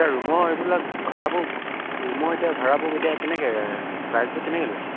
এতিয়া ৰুমৰ এইবিলাক ভাড়াবোৰ ৰুমৰ এতিয়া ভাড়াবোৰ এতিয়া কেনেকৈ প্ৰাইচবোৰ কেনেকৈ লৈছে